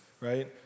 right